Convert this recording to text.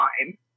time